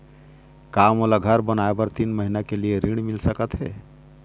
का मोला घर बनाए बर तीन महीना के लिए ऋण मिल सकत हे?